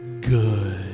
Good